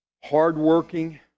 Hardworking